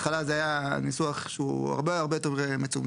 בהתחלה זה היה ניסוח שהוא הרבה הרבה יותר מצומצם,